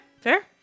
Fair